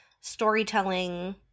storytelling